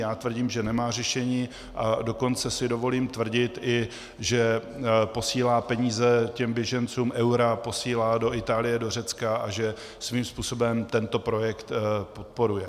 Já tvrdím, že nemá řešení, a dokonce si dovolím i tvrdit, že posílá peníze těm běžencům, eura, posílá do Itálie, do Řecka a že svým způsobem tento projekt podporuje.